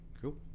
Cool